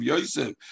Yosef